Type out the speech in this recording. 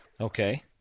Okay